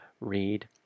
read